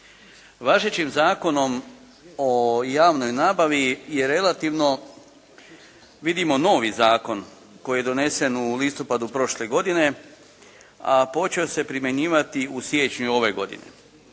Važećim Zakonom o javnoj nabavi je relativno vidimo novi zakon koji je donesen u listopadu prošle godine a počeo se primjenjivati u siječnju ove godine.